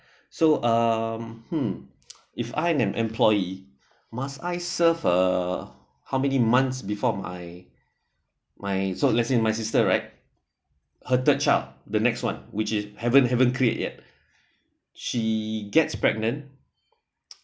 so uh hmm if I am employee must I serve uh how many months before my my so let's say my sister right her third child the next one which it haven't haven't create yet she gets pregnant